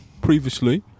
previously